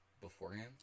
beforehand